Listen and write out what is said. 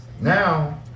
Now